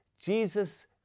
Jesus